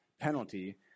penalty